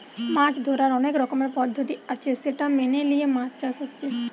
মাছ ধোরার অনেক রকমের পদ্ধতি আছে সেটা মেনে লিয়ে মাছ চাষ হচ্ছে